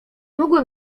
mogłem